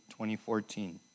2014